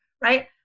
right